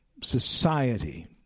society